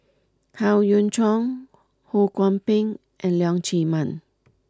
Howe Yoon Chong Ho Kwon Ping and Leong Chee Mun